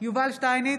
יובל שטייניץ,